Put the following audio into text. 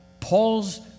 Paul's